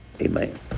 Amen